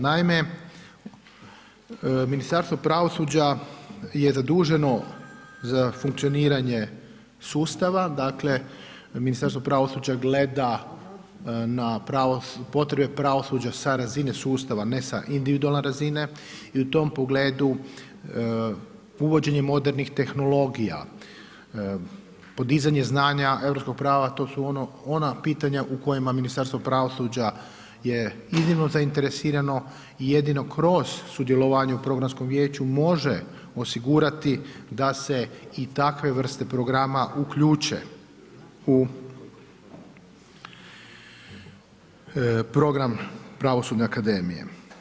Naime, Ministarstvo pravosuđa je zaduženo za funkcioniranje sustava, dakle, Ministarstvo pravosuđa gleda na potrebe pravosuđa sa razine sustava, ne sa individualne razine i u tom pogledu uvođenje modernih tehnologija, podizanje znanja europskog prava, to su ona pitanja u kojima Ministarstvo pravosuđa je iznimno zainteresirano i jedino kroz sudjelovanje u programskom vijeću može osigurati da se i takve vrste programa uključe u program pravosudne akademije.